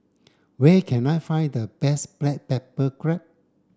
where can I find the best black pepper crab